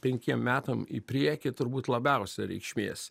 penkiem metam į priekį turbūt labiausia reikšmės